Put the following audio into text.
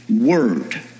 word